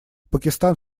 пакистан